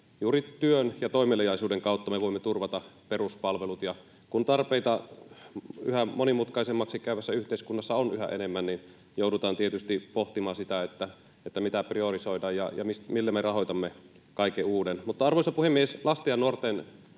juuri työn ja toimeliaisuuden kautta me voimme turvata peruspalvelut. Ja kun tarpeita yhä monimutkaisemmaksi käyvässä yhteiskunnassa on yhä enemmän, joudutaan tietysti pohtimaan sitä, mitä priorisoidaan ja millä me rahoitamme kaiken uuden. Arvoisa puhemies! Lasten ja nuorten